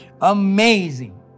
amazing